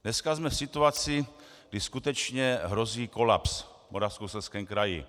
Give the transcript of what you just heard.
Dneska jsme v situaci, kdy skutečně hrozí kolaps v Moravskoslezském kraji.